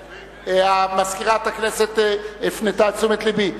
מזכירת הכנסת הפנתה את תשומת לבי,